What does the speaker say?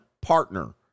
partner